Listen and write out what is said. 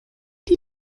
die